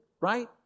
right